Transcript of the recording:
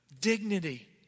dignity